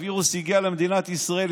הווירוס הגיע למדינת ישראל,